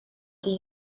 die